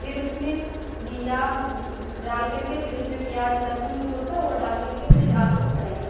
फिर उसमें जीरा डालकर के फिर उसमें प्याज लहसुन जो होता है वो डालकर के फिर आलू को फ्राई करते